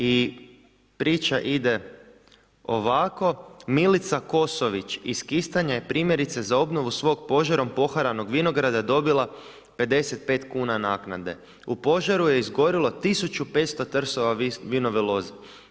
I priče ide ovako, Milica Kosović iz Kistanja je primjerice za obnovu svog požarom poharanog vinograda dobila 55 kn naknade, u požaru je izgorilo 1500 trsova vinove loze.